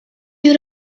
you